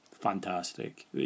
Fantastic